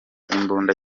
imbunda